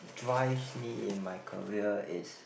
drives me in my career is